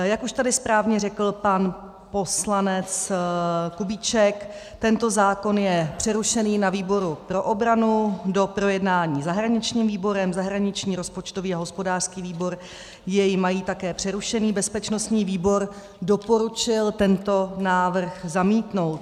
Jak už tady správně řekl pan poslanec Kubíček, tento zákon je přerušený na výboru pro obranu, k doprojednání zahraničním výborem, zahraniční, rozpočtový a hospodářský výbor jej mají také přerušený, bezpečnostní výbor doporučil tento návrh zamítnout.